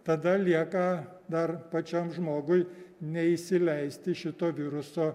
tada lieka dar pačiam žmogui neįsileisti šito viruso